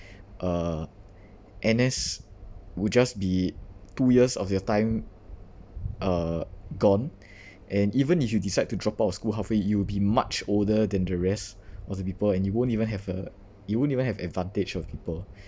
uh N_S would just be two years of your time uh gone and even if you decide to drop out of school halfway you will be much older than the rest of the people and you won't even have a you won't even have advantage on people